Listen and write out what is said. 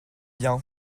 bien